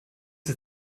der